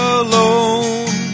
alone